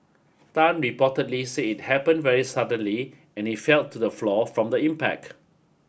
tan reportedly said it happened very suddenly and he fell to the floor from the impact